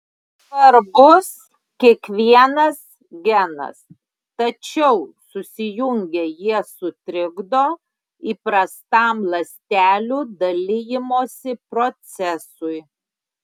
svarbus kiekvienas genas tačiau susijungę jie sutrikdo įprastam ląstelių dalijimosi procesui